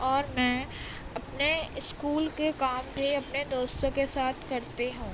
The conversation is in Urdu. اور میں اپنے اسکول کے کام بھی اپںے دوستوں کے ساتھ کرتی ہوں